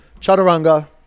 Chaturanga